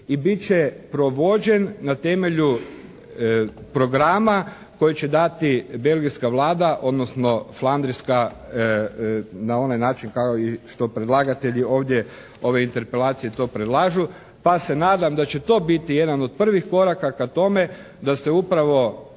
i bit će provođen na temelju programa koji će dati belgijska Vlada, odnosno flandrijska na onaj način kao što i predlagatelji ovdje ove interpelacije to predlažu. Pa se nadam da će to biti jedan od prvih koraka ka tome da se upravo